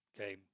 okay